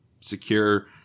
Secure